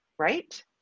right